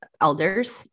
elders